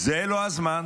זה לא הזמן.